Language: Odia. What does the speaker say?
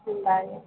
ପିଲାଳିଆ